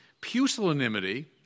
pusillanimity